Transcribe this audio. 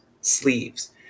sleeves